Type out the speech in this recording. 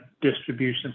distribution